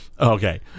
Okay